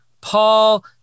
Paul